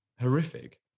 horrific